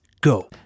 go